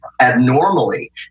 abnormally